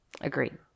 Agreed